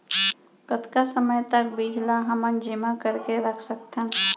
कतका समय तक बीज ला हमन जेमा करके रख सकथन?